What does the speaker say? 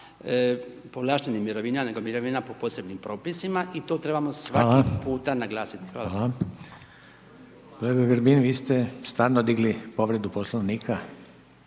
povlaštenih mirovina, nego mirovina po posebnim propisima i to trebamo svaki puta naglasiti. **Reiner,